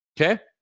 Okay